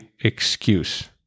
excuse